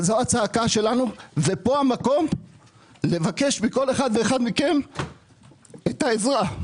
זאת הצעקה שלנו ופה המקום לבקש מכל אחד ואחד מכם את העזרה.